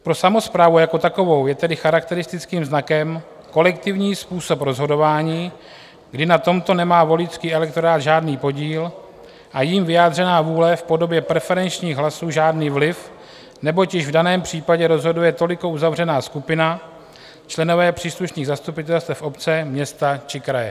Pro samosprávu jako takovou je tedy charakteristickým znakem kolektivní způsob rozhodování, kdy na tomto nemá voličský elektorát žádný podíl a jím vyjádřená vůle v podobě preferenčních hlasů žádný vliv, neboť již v daném případě rozhoduje toliko uzavřená skupina, členové příslušných zastupitelstev obce, města či kraje.